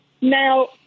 Now